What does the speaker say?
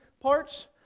parts